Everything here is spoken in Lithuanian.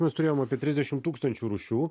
mes turėjom apie trisdešim tūkstančių rūšių